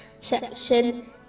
section